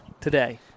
today